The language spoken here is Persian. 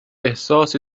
احساسی